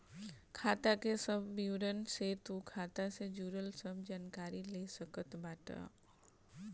खाता के सब विवरण से तू खाता से जुड़ल सब जानकारी ले सकत बाटअ